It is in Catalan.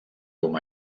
com